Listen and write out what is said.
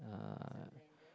uh